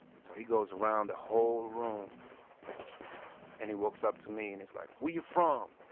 so he goes around the whole room and he walks up to me and he's like, where you from?